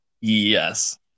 Yes